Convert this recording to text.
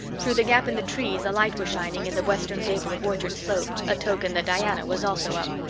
through the gap in the trees a light was shining in the western gable of orchard slope, a token that diana was also up.